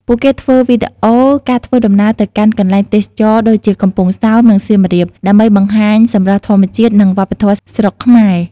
ពួកគេធ្វើវីដេអូការធ្វើដំណើរទៅកាន់កន្លែងទេសចរណ៍ដូចជាកំពង់សោម និងសៀមរាប ដើម្បីបង្ហាញសម្រស់ធម្មជាតិនិងវប្បធម៌ស្រុកខ្មែរ។